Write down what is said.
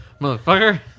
Motherfucker